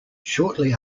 shortly